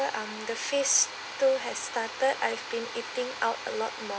um the phase two has started I've been eating out a lot more